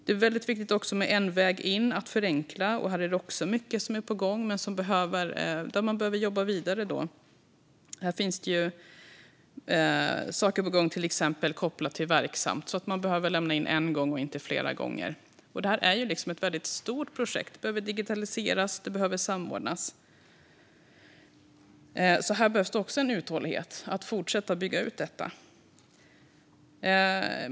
Det är väldigt viktigt också med en väg in och att förenkla. Här är också mycket på gång, men man behöver jobba vidare. Till exempel finns det saker på gång kopplade till Verksamt så att man bara behöver lämna in en gång och inte flera gånger. Det här är ett väldigt stort projekt - det behöver digitaliseras, och det behöver samordnas. Här behövs alltså också en uthållighet när det gäller att fortsätta bygga ut detta.